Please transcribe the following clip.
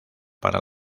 para